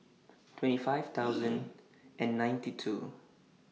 twenty five thousand and ninety two